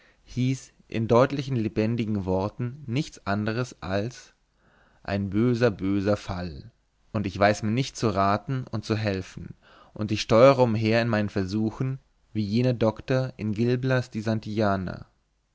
hieß in deutlichen lebendigen worten nichts anders als ein böser böser fall und ich weiß mir nicht zu raten und zu helfen und ich steure umher in meinen versuchen wie jener doktor im gilblas di